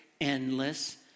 endless